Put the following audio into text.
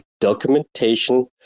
documentation